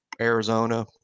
Arizona